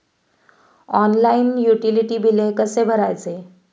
Online utility बिले कसे भरायचे?